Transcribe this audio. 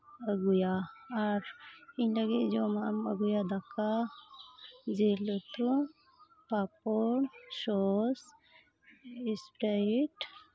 ᱟᱹᱜᱩᱭᱟ ᱟᱨ ᱤᱧ ᱞᱟᱹᱜᱤᱫ ᱡᱚᱢᱟᱜ ᱮᱢ ᱟᱹᱜᱩᱭᱟ ᱫᱟᱠᱟ ᱡᱤᱞ ᱩᱛᱩ ᱯᱟᱸᱯᱚᱲ ᱥᱚᱥ ᱥᱯᱨᱟᱭᱤᱴ